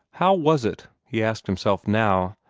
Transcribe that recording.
how was it, he asked himself now,